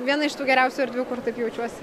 viena iš tų geriausių erdvių kur taip jaučiuosi